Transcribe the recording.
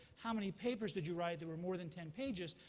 how many papers did you write? there were more than ten pages?